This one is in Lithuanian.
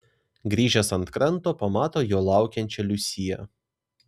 grįžęs ant kranto pamato jo laukiančią liusiją